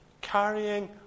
carrying